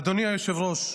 אדוני היושב-ראש,